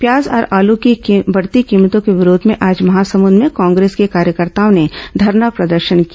प्याज और आलू की बढ़ती कीमतों के विरोध में आज महासमुद में कांग्रेस के कार्यकर्ताओं ने धरना प्रदर्शन किया